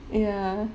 ya